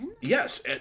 Yes